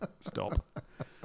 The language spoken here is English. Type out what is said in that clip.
stop